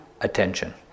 attention